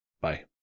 Bye